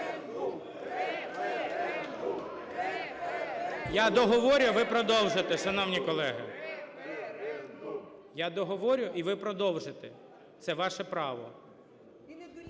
Референдум! РАЗУМКОВ Д.О. Я договорю, а ви продовжите, шановні колеги. Я договорю – і ви продовжите, це ваше право.